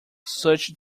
such